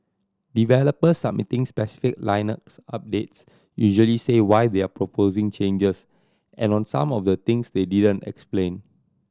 developers submitting specific Linux updates usually say why they're proposing changes and on some of the things they didn't explain